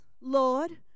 Lord